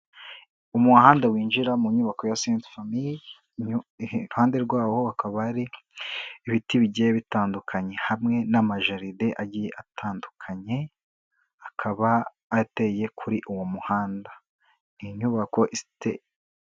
Umuhanda winjira mu nyubako ya Sainte famille, iruhande rwawo hakaba hari ibiti bigiye bitandukanye hamwe n'amajaride agiye atandukanye, akaba ateye kuri uwo muhanda, ni inyubako ifite.